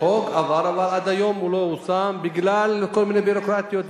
חוק עבר אבל עד היום לא יושם בגלל כל מיני ביורוקרטיות.